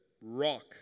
rock